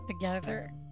together